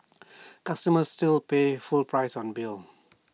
customers still pays full price on bill